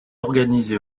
organisée